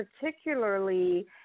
particularly